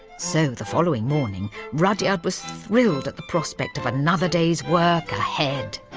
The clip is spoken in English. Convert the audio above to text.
so the following morning, rudyard was thrilled at the prospect of another day's work ahead,